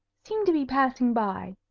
seem to be passing by.